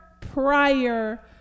prior